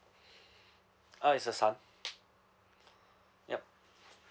uh is a son yup